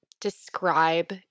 describe